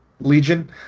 Legion